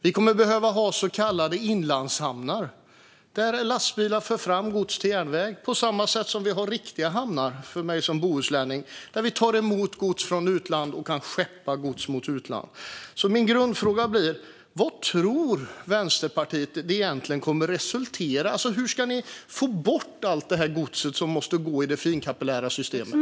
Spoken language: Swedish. Vi kommer att behöva så kallade inlandshamnar där lastbilar för fram gods till järnväg, på samma sätt som vi har riktiga hamnar, enligt mig som bohuslänning, där vi tar emot gods från utland och kan skeppa gods mot utland. Min grundfråga blir: Hur ska Vänsterpartiet få bort allt gods som måste gå i det finkapillära systemet?